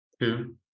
Two